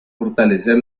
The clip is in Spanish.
fortalecer